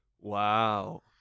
Wow